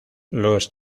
los